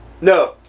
No